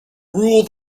rule